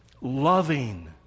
loving